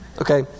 Okay